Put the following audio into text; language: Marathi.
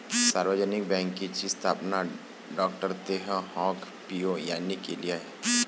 सार्वजनिक बँकेची स्थापना डॉ तेह हाँग पिओ यांनी केली आहे